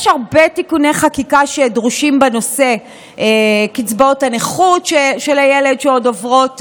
יש הרבה תיקוני חקיקה שדרושים בנושא: קצבאות הנכות של הילד שעוד עוברות,